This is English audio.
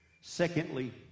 Secondly